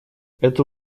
это